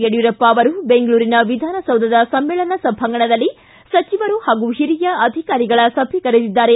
ಯಡಿಯೂರಪ್ಪ ಅವರು ಬೆಂಗಳೂರಿನ ವಿಧಾನಸೌಧದ ಸಮ್ಮೇಳನ ಸಭಾಂಗಣದಲ್ಲಿ ಸಚಿವರು ಹಾಗೂ ಹಿರಿಯ ಅಧಿಕಾರಿಗಳ ಸಭೆ ಕರೆದಿದ್ದಾರೆ